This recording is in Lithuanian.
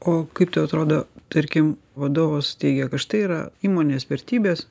o kaip tau atrodo tarkim vadovas teigia kad štai yra įmonės vertybės